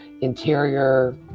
interior